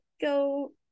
go